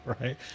Right